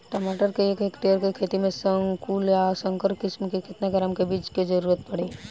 टमाटर के एक हेक्टेयर के खेती में संकुल आ संकर किश्म के केतना ग्राम के बीज के जरूरत पड़ी?